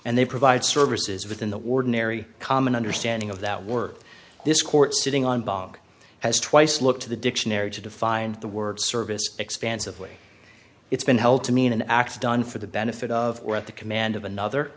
and they provide services within the warden ery common understanding of that work this court sitting on bog has twice looked to the dictionary to define the word service expansively it's been held to mean an x done for the benefit of or at the command of another